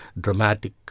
dramatic